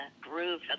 groove